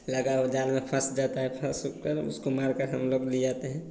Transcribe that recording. लगाओ जाल में फंस जाता है फंसकर उसको मारकर हम लोग ले आते हैं